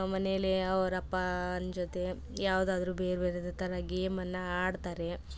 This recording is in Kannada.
ಮನೆಯಲ್ಲೇ ಅವ್ರು ಅಪ್ಪನ ಜೊತೆ ಯಾವುದಾದ್ರು ಬೇರೆ ಬೇರೇದು ಥರ ಗೇಮನ್ನು ಆಡ್ತಾರೆ